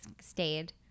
stayed